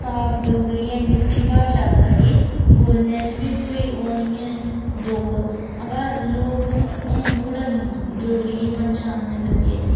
साफ डोगरी ऐ मिट्ठी भाशा साढ़ी बोलने च बी कोई ओह् नी ऐ दुख अवा लोक हून थोह्ड़ा डोगरी गी पन्छान लग्गे